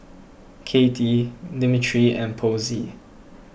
Katy Dimitri and Posey